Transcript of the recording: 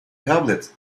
tablet